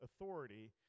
authority